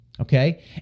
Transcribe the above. okay